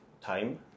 time